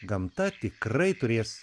gamta tikrai turės